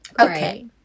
Okay